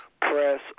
press